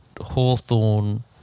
Hawthorne